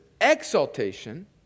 exaltation